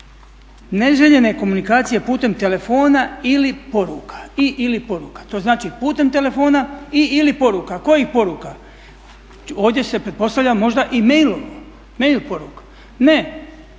Neželjene komunikacije putem telefona i/ili poruka, to znači putem telefona i/ili poruka. Kojih poruka? Ovdje se pretpostavlja možda i mailova, mail